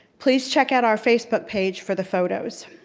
please check out our facebook page for the photos.